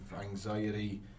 anxiety